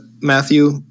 Matthew